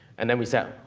and then we said,